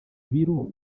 ibiro